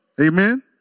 Amen